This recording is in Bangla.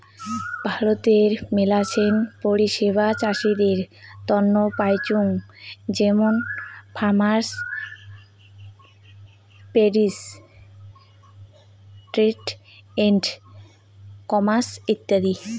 ভারতে মেলাছেন পরিষেবা চাষীদের তন্ন পাইচুঙ যেমন farmer produce trade and commerce ইত্যাদি